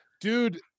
Dude